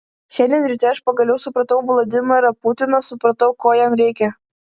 šiandien ryte aš pagaliau supratau vladimirą putiną supratau ko jam reikia